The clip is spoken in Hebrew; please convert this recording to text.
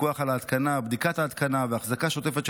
פיקוח על ההתקנה ובדיקת ההתקנה ואחזקה שוטפת של